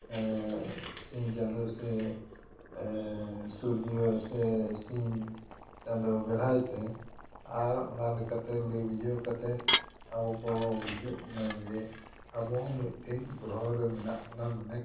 ᱥᱤᱧ ᱪᱟᱸᱫᱚ ᱥᱮ ᱥᱩᱨᱡᱚ ᱥᱮ ᱥᱤᱧ ᱪᱟᱸᱫᱚ ᱵᱮᱲᱦᱟᱭᱛᱮ ᱟᱨ ᱚᱱᱟ ᱞᱮᱠᱟᱛᱮ ᱞᱟᱹᱭ ᱵᱩᱡᱷᱟᱹᱣ ᱠᱟᱛᱮ ᱟᱵᱚ ᱠᱚ ᱵᱩᱡᱷᱟᱹᱣᱮᱫ ᱵᱚᱱᱟ ᱡᱮ ᱟᱵᱚ ᱦᱚᱸ ᱢᱤᱫᱴᱤᱱ ᱜᱨᱚᱦᱚ ᱨᱮ ᱢᱮᱱᱟᱜ ᱵᱚᱱᱟ ᱢᱮᱱᱮᱠ